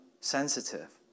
sensitive